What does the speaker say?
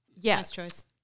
Yes